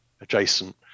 adjacent